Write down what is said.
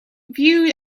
viewed